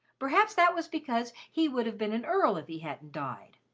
perhaps that was because he would have been an earl if he hadn't died.